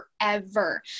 forever